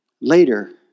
Later